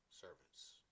servants